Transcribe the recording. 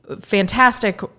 fantastic